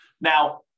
Now